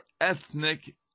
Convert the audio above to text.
ethnic